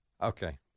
Okay